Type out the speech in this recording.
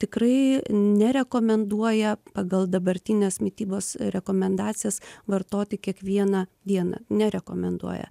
tikrai nerekomenduoja pagal dabartines mitybos rekomendacijas vartoti kiekvieną dieną nerekomenduoja